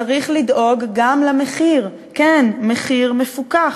צריך לדאוג גם למחיר, כן, מחיר מפוקח.